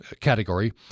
category